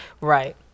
Right